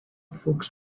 folks